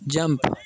jump